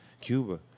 Cuba